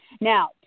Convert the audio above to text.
Now